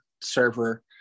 server